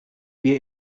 mir